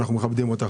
אנחנו מכבדים אותך.